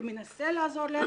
ומנסה לעזור להן,